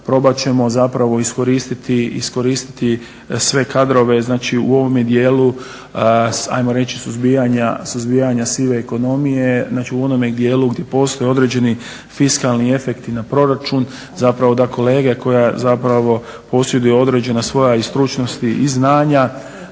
probati ćemo zapravo iskoristiti sve kadrove znači u ovome dijelu ajmo reći suzbijanja sive ekonomije. Znači u onome dijelu gdje postoje određeni fiskalni efekti na proračun, zapravo da kolege koje posjeduju određena svoja i stručnosti i znanja